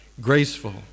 graceful